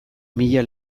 mila